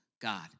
God